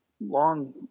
long